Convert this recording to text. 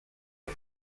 ere